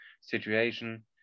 situation